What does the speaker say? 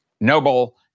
noble